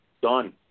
Done